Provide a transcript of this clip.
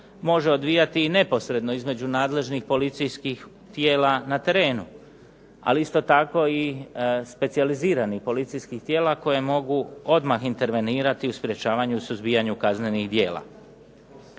može odvijati i neposredno između nadležnih policijskih tijela na terenu. Ali isto tako i specijaliziranih policijskih tijela koje mogu odmah intervenirati u sprečavanju i suzbijanju kaznenih djela.